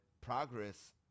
progress